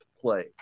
play